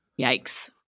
Yikes